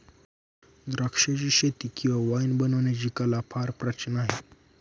द्राक्षाचीशेती किंवा वाईन बनवण्याची कला फार प्राचीन आहे